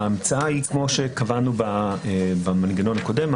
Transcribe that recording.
ההמצאה היא כמו שקבענו במנגנון הקודם.